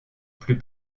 plus